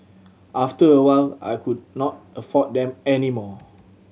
after a while I could not afford them any more